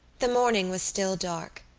the morning was still dark.